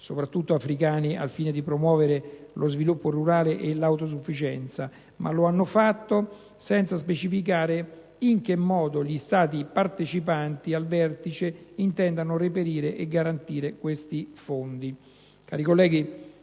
soprattutto africani, al fine di promuovere lo sviluppo rurale e l'autosufficienza, ma lo hanno fatto senza specificare in che modo gli Stati partecipanti al Vertice intendano reperire e garantire questi fondi.